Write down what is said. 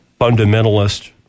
fundamentalist